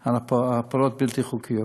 על הפלות בלתי חוקיות.